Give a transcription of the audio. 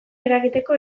eragiteko